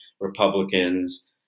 Republicans